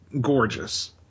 gorgeous